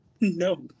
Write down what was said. No